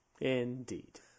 Indeed